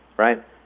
right